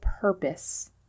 purpose